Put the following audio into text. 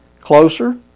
closer